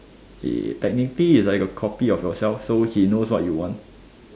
technically it's like a copy of yourself so he knows what you want